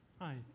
Hi